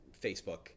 Facebook